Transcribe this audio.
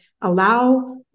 allow